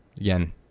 again